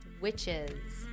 witches